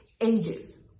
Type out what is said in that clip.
ages